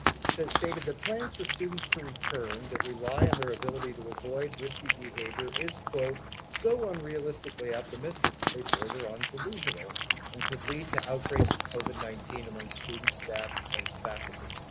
so stated that plans for students to return that rely on their ability to avoid risky behavior is so unrealistically optimistic that they border on delusional and could lead to outbreaks of covid nineteen among students, staff, and faculty.